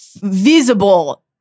visible